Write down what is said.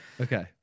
Okay